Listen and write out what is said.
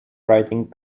writing